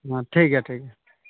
ᱦᱮᱸ ᱴᱷᱤᱠ ᱜᱮᱭᱟ ᱴᱷᱤᱠ